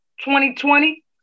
2020